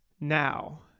now